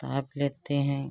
ताप लेते हैं